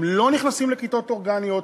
הם לא נכנסים לכיתות אורגניות,